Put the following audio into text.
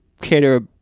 cater